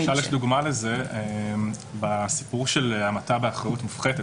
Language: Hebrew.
יש דוגמה לזה בסיפור של המתה באחריות מופחתת.